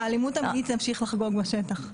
והאלימות המינית תמשיך לחגוג בשטח.